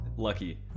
lucky